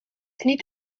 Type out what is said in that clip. niet